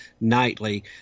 nightly